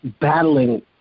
battling